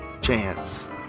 chance